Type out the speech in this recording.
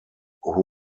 who